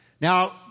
Now